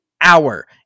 hour